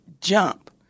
jump